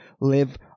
live